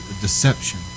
deception